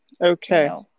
okay